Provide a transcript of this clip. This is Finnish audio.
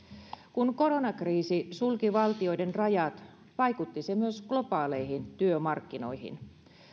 kun koronakriisi sulki valtioiden rajat vaikutti se myös globaaleihin työmarkkinoihin